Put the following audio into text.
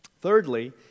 Thirdly